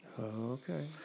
Okay